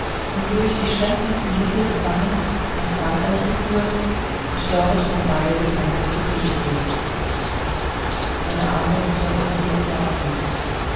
und durch die schändlichsten mittel gefangen nach frankreich geführt und dort vom beil des henkers getötet wurden meine arme mutter verfiel in wahnsinn